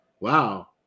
wow